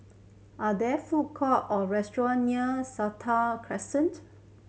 are there food court or restaurant near Sentul Crescent